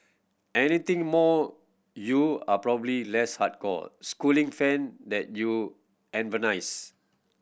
anything more you are probably less hardcore Schooling fan than you